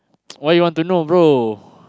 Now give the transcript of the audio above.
why you want to know brother